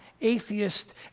atheist